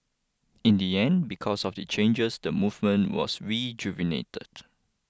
in the end because of the changes the movement was rejuvenated